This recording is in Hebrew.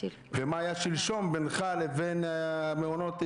ומה היה שלשום בינך לבין המעונות,